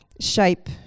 shape